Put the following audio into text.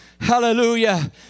Hallelujah